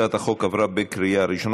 ההצעה להעביר את הצעת חוק השמות (תיקון מס' 8)